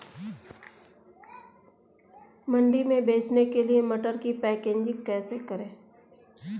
मंडी में बेचने के लिए मटर की पैकेजिंग कैसे करें?